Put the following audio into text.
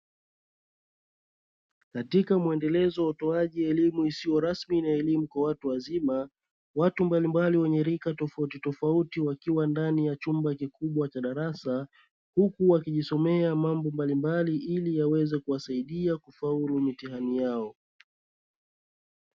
Katika muendelezo wa utoaji wa ellimu isiyo rasmi na elimu kwa watu wazima, watu mbalimbali wenye rika tofauti tofauti wakiwa ndani ya chumba kikubwa cha darasa huku wakijisomea mambo mbalimbali ili yaweze kuwasaidia kufaulu mitihani yao.